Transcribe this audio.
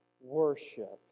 worship